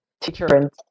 teacher